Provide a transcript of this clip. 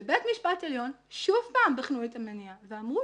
בבית משפט עליון שוב פעם בחנו את המניע ואמרו